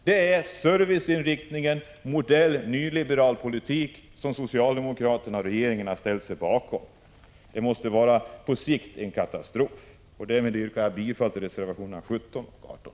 Det är serviceinriktningen av modell nyliberal politik som den socialdemokratiska regeringen har ställt sig bakom. Detta måste på sikt innebära en katastrof. Herr talman! Jag yrkar bifall till reservationerna 17 och 18.